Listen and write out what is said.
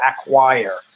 acquire